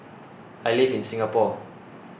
I live in Singapore